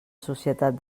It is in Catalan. societat